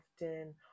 often